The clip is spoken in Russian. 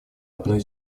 одной